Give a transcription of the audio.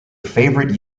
favourite